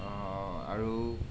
আৰু